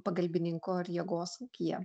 pagalbininko ar jėgos ūkyje